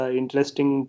interesting